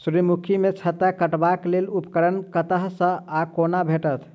सूर्यमुखी केँ छत्ता काटबाक लेल उपकरण कतह सऽ आ कोना भेटत?